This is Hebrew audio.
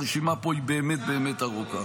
הרשימה פה היא באמת באמת ארוכה.